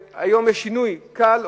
היום יש שינוי קל,